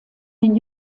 den